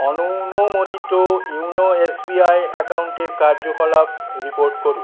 অননুমোদিত YONO S B I অ্যাকাউন্টের কার্যকলাপ report করুন